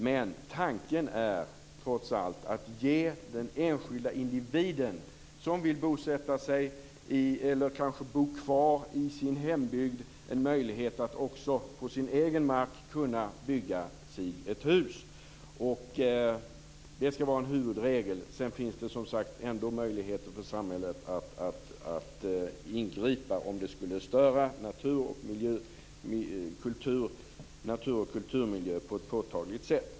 Men tanken är trots allt att ge den enskilde individen, som vill bosätta sig i eller kanske bo kvar i sin hembygd, en möjlighet att på sin egen mark bygga sig ett hus. Det skall vara en huvudregel. Sedan finns det som sagt ändå möjligheter för samhället att ingripa om det skulle störa natur och kulturmiljö på ett påtagligt sätt.